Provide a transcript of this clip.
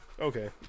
Okay